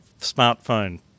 smartphone